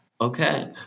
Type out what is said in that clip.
okay